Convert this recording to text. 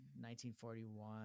1941